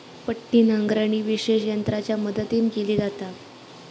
पट्टी नांगरणी विशेष यंत्रांच्या मदतीन केली जाता